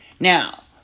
Now